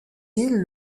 îles